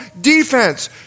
defense